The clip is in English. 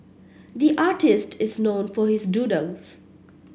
the artist is known for his doodles